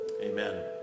Amen